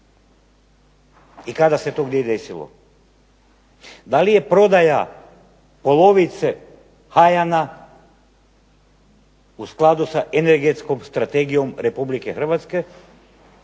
I kada se to i gdje desilo? Da li je prodaja polovice HAYANA u skladu sa Energetskom strategijom RH i planiranom